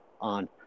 on